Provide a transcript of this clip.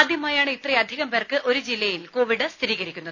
ആദ്യമായാണ് ഇത്രയധികം പേർക്ക് ഒരു ജില്ലയിൽ കോവിഡ് സ്ഥിരീകരിക്കുന്നത്